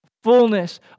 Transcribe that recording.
fullness